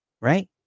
Right